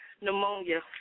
Pneumonia